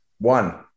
One